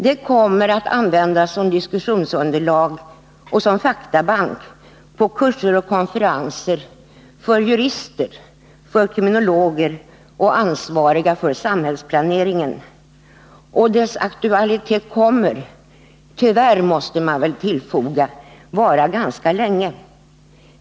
Det kommer att användas som diskussionsunderlag och faktabank på kurser och konferenser för jurister, kriminologer och ansvariga för samhällsplaneringen, och dess aktualitet kommer — tyvärr, måste man tillfoga — att vara ganska länge.